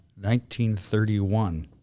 1931